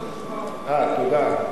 אה, תודה.